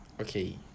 Okay